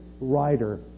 writer